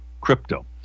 crypto